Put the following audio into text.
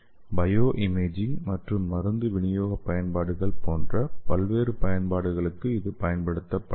bio மேஜிங் மற்றும் மருந்து விநியோக பயன்பாடுகள் போன்ற பல்வேறு பயன்பாடுகளுக்கு இது பயன்படுத்தப்படலாம்